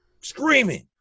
screaming